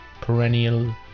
perennial